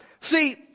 See